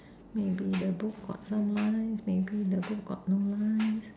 maybe the book got some lines maybe the book got no lines